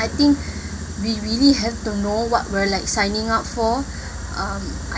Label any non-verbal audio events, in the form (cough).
I think (breath) we we really have to know what we're signing up for um